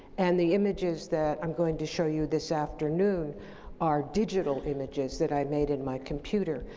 and the images that i'm going to show you this afternoon are digital images that i made in my computer,